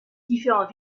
différents